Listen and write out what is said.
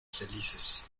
felices